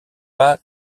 pas